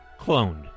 cloned